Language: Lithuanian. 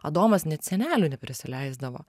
adomas net senelių neprisileisdavo